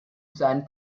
seinen